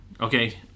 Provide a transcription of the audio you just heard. Okay